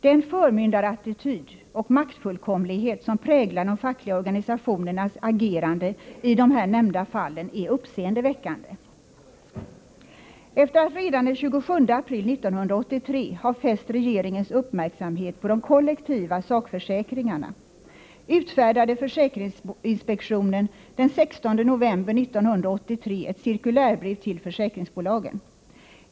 Den förmyndarattityd och maktfullkomlighet som präglar de fackliga organisationernas agerande i de här nämnda fallen är uppseendeväckande. Efter att redan den 27 april 1983 ha fäst regeringens uppmärksamhet på de kollektiva sakförsäkringarna, utfärdade försäkringsinspektionen den 16 november 1983 ett cirkulärbrev till försäkringsbolagen.